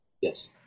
yes